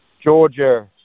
Georgia